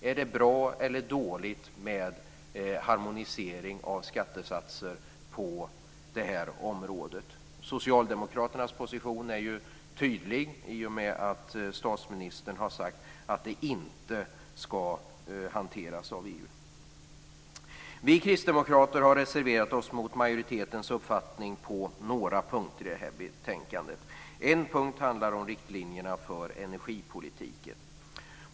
Är det bra eller dåligt med harmonisering av skattesatser på det här området? Socialdemokraternas position är ju tydlig i och med att statsministern har sagt att detta inte ska hanteras av EU. Vi kristdemokrater har reserverat oss mot majoritetens uppfattning på några punkter i det här betänkandet. En punkt handlar om riktlinjerna för energipolitiken.